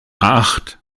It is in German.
acht